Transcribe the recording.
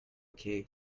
okay